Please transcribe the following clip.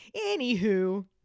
Anywho